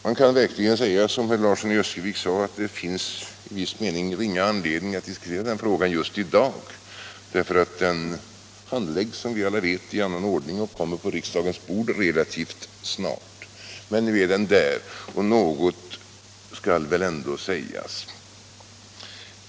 Man kan verkligen säga som herr Larsson i Öskevik sade, att det i viss mening finns ringa anledning att diskutera denna fråga just i dag eftersom den handläggs, som vi alla vet, i annan ordning och kommer på riksdagens bord relativt snart. Men nu är den här, och något skall väl ändå sägas.